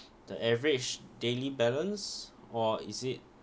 the average daily balance or is it